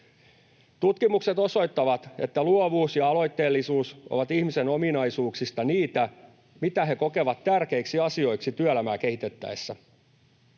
Tutkimukset osoittavat, että luovuus ja aloitteellisuus ovat ihmisen ominaisuuksista niitä, mitkä he kokevat tärkeiksi asioiksi työelämää kehitettäessä.